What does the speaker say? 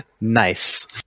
Nice